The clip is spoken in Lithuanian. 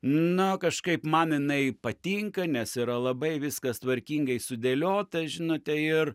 na kažkaip man jinai patinka nes yra labai viskas tvarkingai sudėliota žinote ir